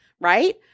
right